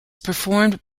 performed